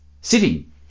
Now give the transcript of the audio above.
Sitting